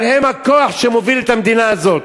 אבל הם הכוח שמוביל את המדינה הזאת.